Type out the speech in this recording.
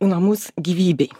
namus gyvybei